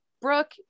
Brooke